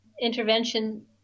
intervention